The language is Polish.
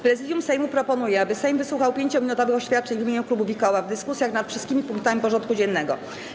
Prezydium Sejmu proponuje, aby Sejm wysłuchał 5-minutowych oświadczeń w imieniu klubów i koła w dyskusjach nad wszystkimi punktami porządku dziennego.